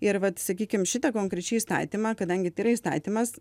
ir vat sakykim šitą konkrečiai įstatymą kadangi tai yra įstatymas